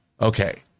okay